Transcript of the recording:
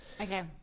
Okay